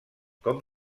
com